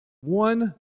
one